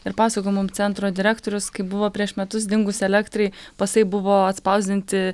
ir pasakojo mum centro direktorius kaip buvo prieš metus dingus elektrai pasai buvo atspausdinti